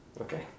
Okay